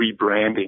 rebranding